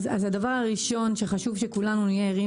הדבר הראשון שחשוב שכולנו נהיה ערים